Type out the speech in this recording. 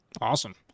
Awesome